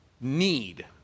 need